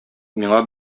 миңа